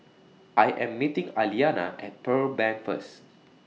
I Am meeting Aliana At Pearl Bank First